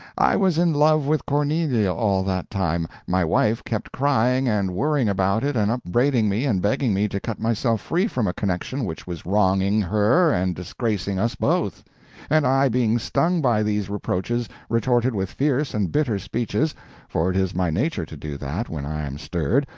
i was in love with cornelia all that time my wife kept crying and worrying about it and upbraiding me and begging me to cut myself free from a connection which was wronging her and disgracing us both and i being stung by these reproaches retorted with fierce and bitter speeches for it is my nature to do that when i am stirred,